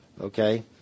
Okay